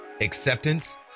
acceptance